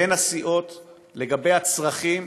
בין הסיעות לגבי הצרכים